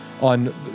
on